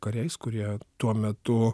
kariais kurie tuo metu